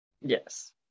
Yes